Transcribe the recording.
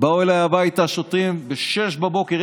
באו אליי הביתה שוטרים בשש בבוקר,